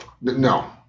No